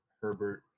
Herbert